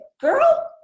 girl